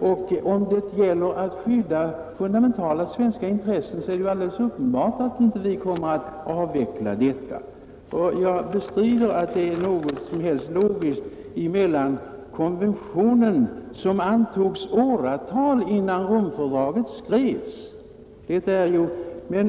och om det gäller att skydda fundamentala svenska intressen är det ju alldeles uppenbart att vi inte kommer att avveckla restriktionerna. Jag bestrider att det finns något som helst logiskt samband mellan konventionen, som antogs åratal innan Romfördraget skrevs, och detta fördrag.